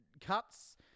cuts